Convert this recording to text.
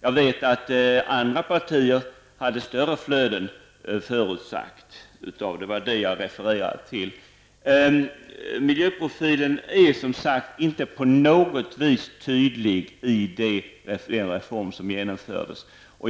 Jag vet att andra partier hade större flöden. Det har sagts förut. Det var det jag refererade till. Miljöprofilen är som sagt inte på något vis tydlig i den reform som genomfördes.